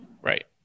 Right